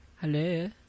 Hello